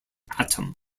atom